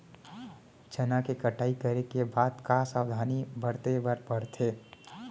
चना के कटाई करे के बाद का का सावधानी बरते बर परथे?